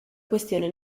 questione